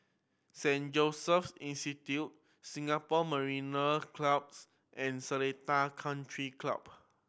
Saint Joseph's Institution Singapore Mariner Clubs and Seletar Country Club